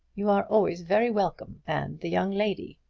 you are always very welcome and the young lady!